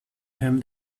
him